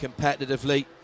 competitively